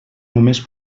només